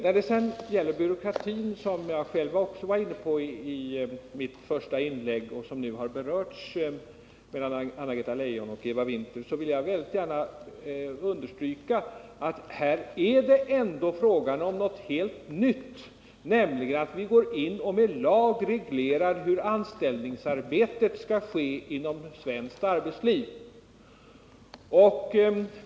: När det sedan gäller byråkratin, som jag också var inne på i mitt första inlägg och som nu har berörts av Anna-Greta Leijon och Eva Winther, vill jag gärna understryka att här är det ändå fråga om något helt nytt, nämligen att vi med lag reglerar hur anställningsarbetet skall ske inom svenskt arbetsliv.